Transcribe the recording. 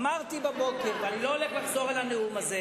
אמרתי בבוקר, מותר לו, מה אתה אוסר עליו.